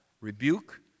rebuke